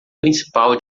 principal